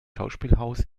schauspielhaus